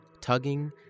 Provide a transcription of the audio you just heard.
tugging